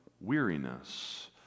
weariness